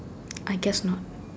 I guess not